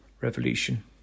revolution